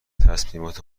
تصمیمات